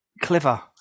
clever